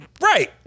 right